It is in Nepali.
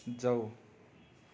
जाऊ